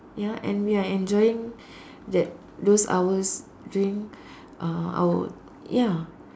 ya and we are enjoying that those hours during uh our ya